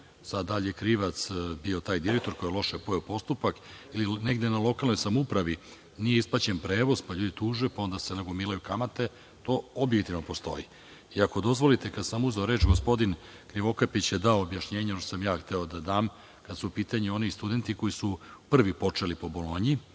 da li je krivac bio taj direktor, koji je loše poveo postupak ili negde na lokalnoj samoupravi nije isplaćen prevoz, pa ljudi tuže, pa se nagomilaju kamate, to objektivno postoji. Ako dozvolite, kada sam uzeo reč, gospodin Krivokapić je dao objašnjenje, ono što sam ja hteo da dam, kada su u pitanju oni studenti koji su prvi počeli po Bolonji.